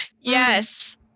Yes